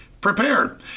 prepared